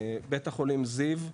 בית החולים זיו,